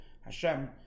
Hashem